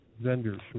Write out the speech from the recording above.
vendors